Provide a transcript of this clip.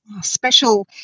special